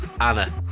Anna